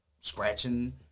scratching